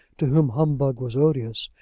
to whom humbug was odious,